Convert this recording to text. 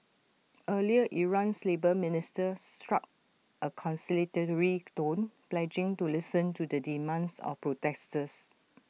earlier Iran's labour minister struck A conciliatory tone pledging to listen to the demands of protesters